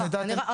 תודה.